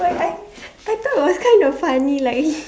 but I I thought it was kind of funny like